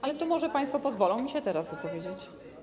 Ale to może państwo pozwolą mi się teraz wypowiedzieć.